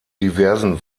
diversen